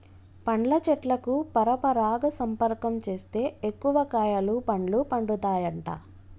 పండ్ల చెట్లకు పరపరాగ సంపర్కం చేస్తే ఎక్కువ కాయలు పండ్లు పండుతాయట